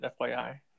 FYI